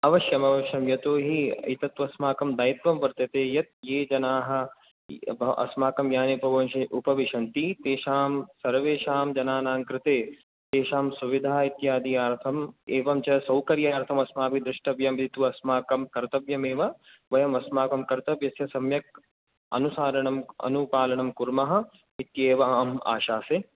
अवश्मवश्यं यतो हि एतत्तु अस्माकं दायित्वं वर्तते यत् ये जनाः अस्माकं याने उपवेश उपविशन्ति तेषां सर्वेषां जनानां कृते तेषां सुविधा इत्यादि अर्थं एवं च सौखर्यार्थम् अस्माभिः द्रष्टव्यम् इति तु अस्माकं कर्तव्यमेव वयमस्माकं कर्तव्यस्य सम्यक् अनुसरणम् अनुपालनं कुर्मः इत्येव अहम् आशासे